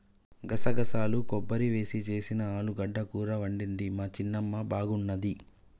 గసగసాలు కొబ్బరి వేసి చేసిన ఆలుగడ్డ కూర వండింది మా చిన్నమ్మ బాగున్నది